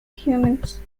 humans